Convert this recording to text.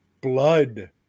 blood